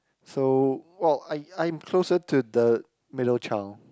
so orh I I'm closer to the middle child